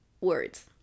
Words